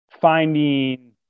finding